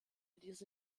diese